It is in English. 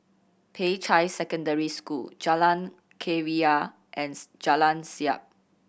Peicai Secondary School Jalan Keria and Jalan Siap